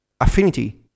affinity